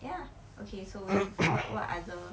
ya okay so ya what what other